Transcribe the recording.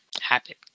habit